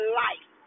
life